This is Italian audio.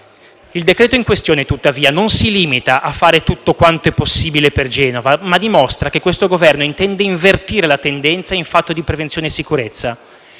Il decreto-legge in questione, tuttavia, non si limita a fare tutto quanto è possibile per Genova, ma dimostra che questo Governo intende invertire la tendenza in fatto di prevenzione e sicurezza.